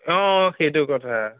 সেইটো কথা